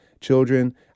children